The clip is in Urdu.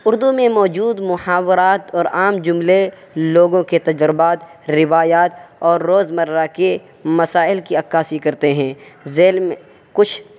اردو میں موجود محاورات اور عام جملے لوگوں کے تجربات روایات اور روز مرہ کے مسائل کی عکاسی کرتے ہیں ذیل میں کچھ